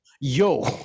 yo